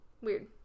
weird